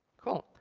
cool.